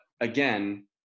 again